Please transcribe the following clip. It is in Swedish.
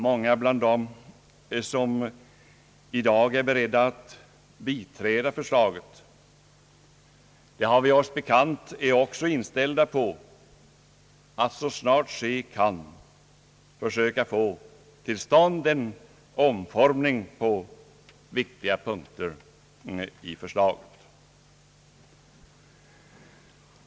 Många av dem som i dag är beredda att biträda förslaget — det har vi oss bekant — är också inställda på att så snart ske kan försöka få till stånd en omformning på viktiga punkter av förslaget.